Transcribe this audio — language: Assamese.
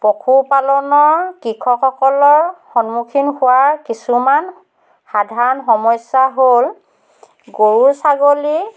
পশুপালনৰ কৃষকসকলৰ সন্মুখীন হোৱা কিছুমান সাধাৰণ সমস্যা হ'ল গৰু ছাগলী